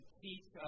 teach